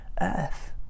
earth